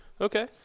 Okay